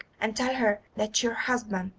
and tell her that your husband,